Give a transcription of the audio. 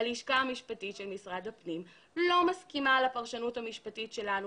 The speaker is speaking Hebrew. הלשכה המשפטית של משרד הפנים לא מסכימה לפרשנות המשפטית שלנו..